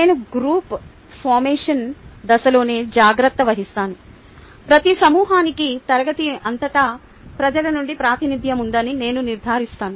నేను group formation దశలోనే జాగ్రత్త వహిస్తాను ప్రతి సమూహానికి తరగతి అంతటా ప్రజల నుండి ప్రాతినిధ్యం ఉందని నేను నిర్ధారిస్తాను